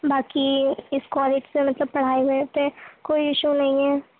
باقی اس کالج سے مطلب پڑھائی میں تو کوئی ایشو نہیں ہے